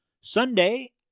Sunday